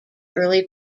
early